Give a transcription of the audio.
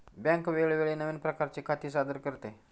bank वेळोवेळी नवीन प्रकारची खाती सादर करते